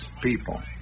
people